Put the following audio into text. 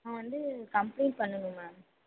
நான் வந்து கம்ப்ளைண்ட் பண்ணனும் மேம்